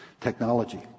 Technology